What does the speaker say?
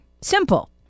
Simple